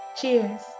cheers